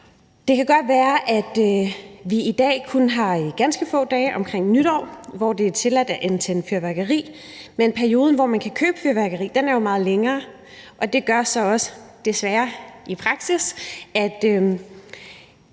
Det kan godt være, at der i dag kun er ganske få dage omkring nytår, hvor det er tilladt at antænde fyrværkeri, men perioden, hvor man kan købe fyrværkeri, er jo meget længere, og det betyder så også desværre i praksis, at